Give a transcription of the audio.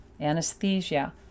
anesthesia